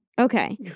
okay